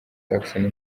jackson